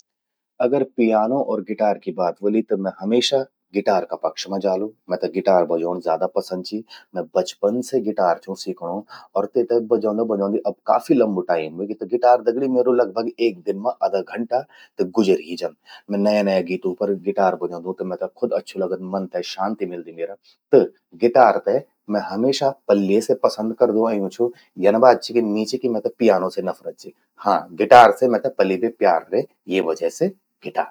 अगर पियानो अर गिचार कि बात व्होलि त मैं हमेशा गिटार का पक्ष मां जालु, मैते गिटार बजौंण ज्यादा पसंद चि। मैं बचपन से गिटार छूं सीखणूं अर तेते बजौंदा बजौंदि काफी लंबू टाइम व्हेगि। गिटार दगड़ि म्येरू लगभग एक दिन मां अधा घंटा त गुजर ही जंद। मैं नया नया गीतों पर गिटार बजौंदू त मैते खुद अच्छु लगद। मन ते शांत मल्दी म्येरा। त गिटार तै मैं हमेशा पल्ये से पसंद करदूं अयूं छूं। यन बात नी चि कि मैते पियानो से नफरत चि, हां गिचार से मेते पल्ये बे प्यार रे, ये वजह से गिटार।